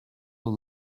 will